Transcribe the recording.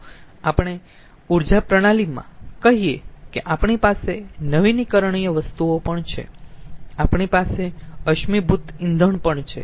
ચાલો આપણે ઊર્જા પ્રણાલીમાં કહીયે કે આપણી પાસે નવીનીકરણીય વસ્તુઓ પણ છે આપણી પાસે અશ્મિભૂત ઇંધણ પણ છે